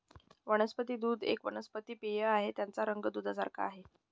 वनस्पती दूध एक वनस्पती पेय आहे ज्याचा रंग दुधासारखे आहे